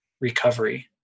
recovery